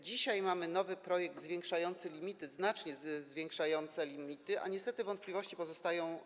Dzisiaj mamy nowy projekt zwiększający limity, znacznie zwiększający limity, a niestety wątpliwości nadal pozostają.